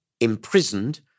imprisoned